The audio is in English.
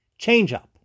changeup